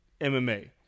MMA